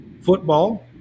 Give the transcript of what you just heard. football